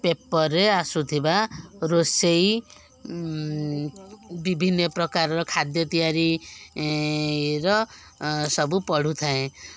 ପେପରରେ ଆସୁଥିବା ରୋଷେଇ ବିଭିନ୍ନ ପ୍ରକାରର ଖାଦ୍ୟ ତିଆରି ର ସବୁ ପଢ଼ୁଥାଏଁ